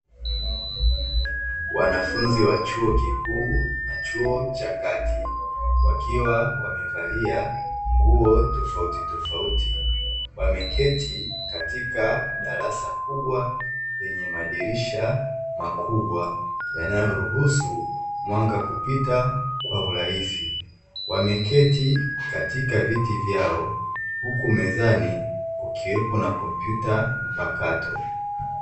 Wanafunzi wa chuo kikuu na chuo cha kati, wakiwa wamevalia nguo tofautitofauti, wameketi katika darasa kubwa lenye madirisha makubwa yanayoruhusu mwanga kupita kwa urahisi, wameketi katika viti vyao huku mezani kukiwepo na kompyuta mpakato.